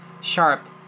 sharp